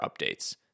updates